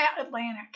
Atlantic